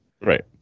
Right